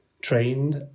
trained